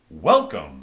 Welcome